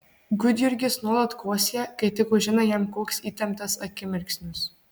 gudjurgis nuolat kosėja kai tik užeina jam koks įtemptas akimirksnis